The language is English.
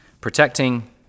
Protecting